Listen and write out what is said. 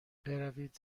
بروید